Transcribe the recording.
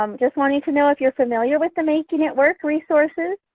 um just wanting to know if you're familiar with the making it work resources,